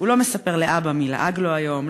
הוא לא מספר לאבא מי לעג לו היום,